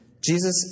Jesus